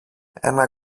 ένα